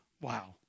wow